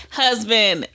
husband